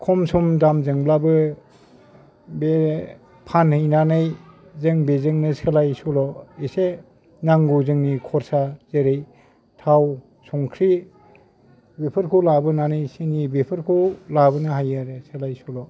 खम सम दामजोंब्लाबो बे फानहैनानै जों बेजोंनो सोलाय सोल' एसे नांगौ जोंनि खरसा जेरै थाव संख्रि बेफोरखौ लाबोनानै एसे नैबेफोरखौ लाबोनो हायो आरो सोलाय सोल'